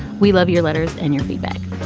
we love your letters and your feedback.